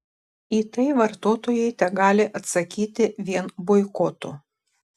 į tai vartotojai tegali atsakyti vien boikotu